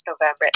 November